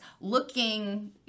looking